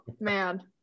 man